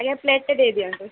ଆଜ୍ଞା ପ୍ଲେଟ୍ଟେ ଦେଇ ଦିଅନ୍ତୁ